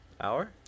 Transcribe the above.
Hour